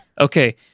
Okay